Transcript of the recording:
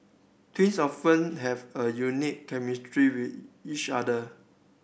twins often have a unique chemistry with each other